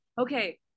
okay